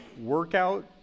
workout